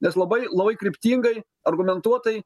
nes labai labai kryptingai argumentuotai